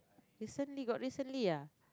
recently got recently ah